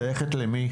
תודה רבה אדוני.